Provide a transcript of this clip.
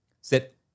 Sit